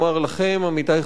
עמיתי חברי הכנסת,